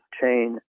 chain